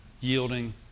yielding